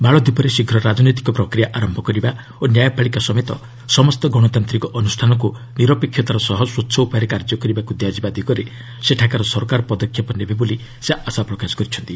ମାଳଦୀପରେ ଶୀଘ୍ର ରାଜନୈତିକ ପ୍ରକ୍ରିୟା ଆରମ୍ଭ କରିବା ଓ ନ୍ୟାୟପାଳିକା ସମେତ ସମସ୍ତ ଗଣତାନ୍ତିକ ଅନୁଷ୍ଠାନକୁ ନିରପେକ୍ଷତାର ସହ ସ୍ୱଚ୍ଚ ଉପାୟରେ କାର୍ଯ୍ୟ କରିବାକୁ ଦିଆଯିବା ଦିଗରେ ସେଠାକାର ସରକାର ପଦକ୍ଷେପ ନେବେ ବୋଲି ସେ ଆଶା ପ୍ରକାଶ କରିଛନ୍ତି